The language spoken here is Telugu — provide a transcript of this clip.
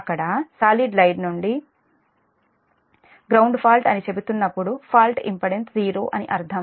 అక్కడ సాలిడ్ లైన్ నుండి గ్రౌండ్ ఫాల్ట్ అని చెబుతున్నప్పుడు ఫాల్ట్ ఇంపెడెన్స్ '0' అని అర్థం